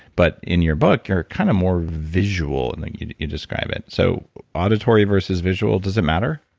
but in your book, you're kind of more visual, and then you you describe it. so auditory versus visual, does it matter?